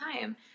time